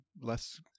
less